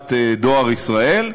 חברת "דואר ישראל".